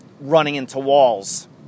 running-into-walls